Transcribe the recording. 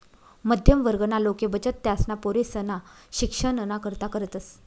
मध्यम वर्गना लोके बचत त्यासना पोरेसना शिक्षणना करता करतस